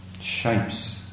shapes